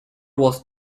was